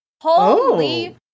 Holy